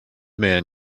man